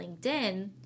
LinkedIn